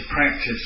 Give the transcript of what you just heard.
practice